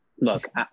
Look